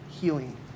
healing